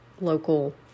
local